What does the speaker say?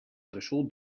brussel